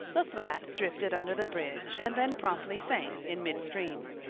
the flat drifted under the bridge and then promptly sank in midstream.